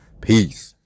peace